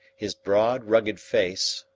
his broad, rugged face,